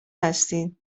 هستید